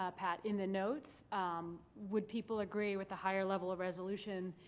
ah pat, in the notes would people agree with the higher level of resolution,